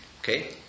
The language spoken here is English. Okay